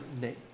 name